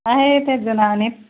आहे तेच